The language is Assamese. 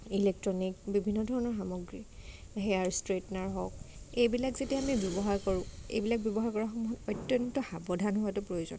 ইলেকট্ৰনিক বিভিন্ন ধৰণৰ সামগ্ৰী হেয়াৰ ষ্ট্ৰেইটনাৰ হওক এইবিলাক যেতিয়া আমি ব্যৱহাৰ কৰোঁ এইবিলাক ব্যৱহাৰ কৰা সময়ত অত্যন্ত সাৱধান হোৱাটো প্ৰয়োজন